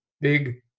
Big